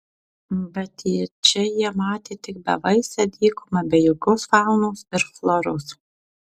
bet čia jie matė tik bevaisę dykumą be jokios faunos ir floros